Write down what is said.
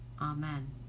Amen